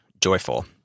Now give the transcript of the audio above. joyful